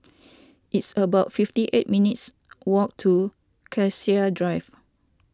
it's about fifty eight minutes' walk to Cassia Drive